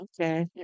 Okay